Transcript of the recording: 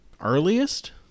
earliest